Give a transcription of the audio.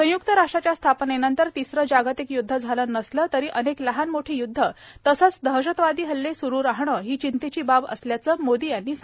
संय्क्त राष्ट्राच्या स्थापनेनंतर तिसरं जागतिक य्द्ध झालं नसलं तरी अनेक लहान मोठी युद्ध तसंच दहशतवादी हल्ले सुरु राहणं ही चिंतेची बाब असल्याचं मोदी यांनी सांगितलं